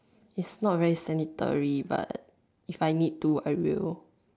is not very sanitary but if I need to I will